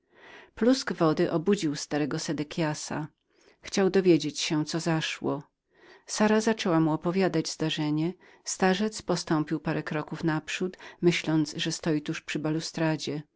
plusk wody obudził starego sedekiasa chciał dowiedzieć się co zaszło sara zaczęła mu opowiadać zdarzenie starzec postąpił parę kroków naprzód myśląc że stoi tuż przy